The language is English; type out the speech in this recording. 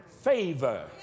favor